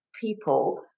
people